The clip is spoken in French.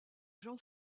jean